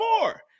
more